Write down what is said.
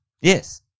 Yes